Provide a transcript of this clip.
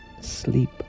sleep